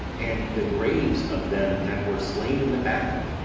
and the graves of them that were slain in the battle,